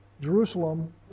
Jerusalem